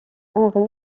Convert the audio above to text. henri